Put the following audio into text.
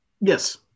Yes